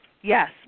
Yes